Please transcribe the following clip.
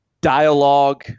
dialogue